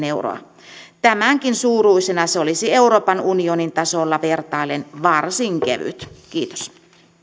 euroa tämänkin suuruisena se olisi euroopan unionin tasolla vertaillen varsin kevyt kiitos